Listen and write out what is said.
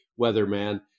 weatherman